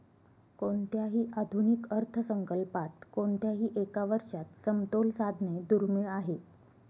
कोणत्याही आधुनिक अर्थसंकल्पात कोणत्याही एका वर्षात समतोल साधणे दुर्मिळ आहे